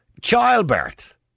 Childbirth